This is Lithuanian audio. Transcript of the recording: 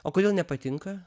o kodėl nepatinka